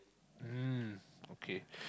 mm okay